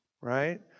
right